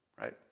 right